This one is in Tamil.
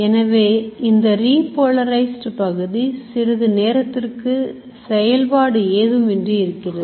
எனவே இந்த repolarized பகுதி சிறிது நேரத்திற்கு செயல்பாடு ஏதுமின்றி இருக்கிறது